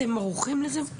אתם ערוכים לזה?